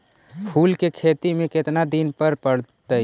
फूल के खेती में केतना दिन पर पटइबै?